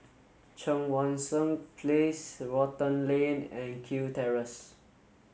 Cheang Wan Seng Place Rotan Lane and Kew Terrace